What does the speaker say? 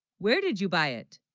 where did you buy it